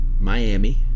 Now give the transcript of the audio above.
Miami